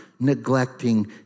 neglecting